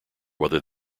whether